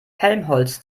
helmholtz